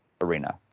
arena